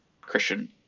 Christian